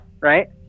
right